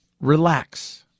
Relax